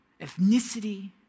ethnicity